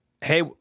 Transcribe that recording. hey